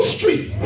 Street